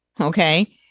okay